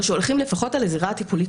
או שהולכים לשמור לפחות על הזירה הטיפולית.